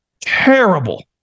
terrible